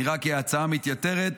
נראה כי ההצעה מתייתרת,